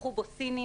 זכו בו סינים.